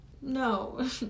no